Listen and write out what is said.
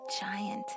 giant